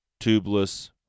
tubeless